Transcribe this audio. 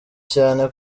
cyane